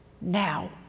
now